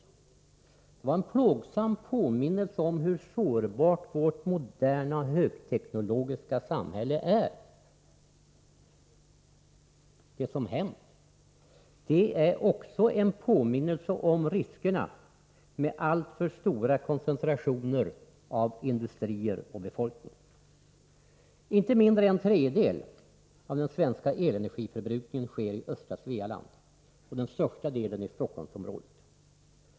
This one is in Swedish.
Det var en plågsam påminnelse om hur sårbart vårt moderna, högteknologiska samhälle är. Det som hänt är också en påminnelse om riskerna med alltför stora koncentrationer av industrier och befolkning. Inte mindre än en tredjedel av den svenska elenergiförbrukningen sker i östra Svealand, den största delen i Stockholmsområdet.